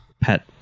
pet